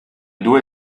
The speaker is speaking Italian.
due